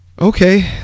okay